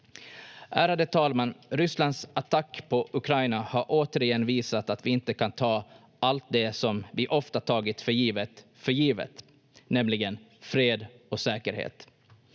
Ärade talman! Rysslands attack på Ukraina har återigen visat att vi inte kan ta för givet allt det som vi ofta tagit för givet, nämligen fred och säkerhet.